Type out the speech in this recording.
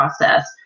process